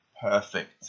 perfect